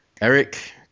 Eric